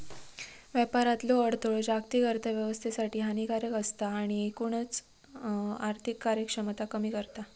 व्यापारातलो अडथळो जागतिक अर्थोव्यवस्थेसाठी हानिकारक असता आणि एकूणच आर्थिक कार्यक्षमता कमी करता